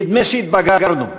נדמה שהתבגרנו,